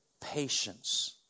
Patience